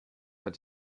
had